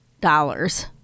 dollars